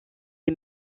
les